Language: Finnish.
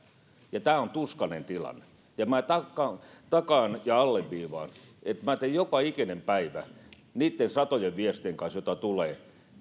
ja tämä on tuskainen tilanne ja minä takaan takaan ja alleviivaan että minä teen joka ikinen päivä töitä niitten satojen viestien kanssa joita tulee